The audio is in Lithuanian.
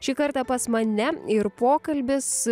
šį kartą pas mane ir pokalbis